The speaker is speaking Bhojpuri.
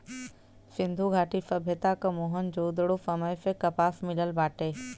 सिंधु घाटी सभ्यता क मोहन जोदड़ो समय से कपास मिलल बाटे